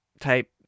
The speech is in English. type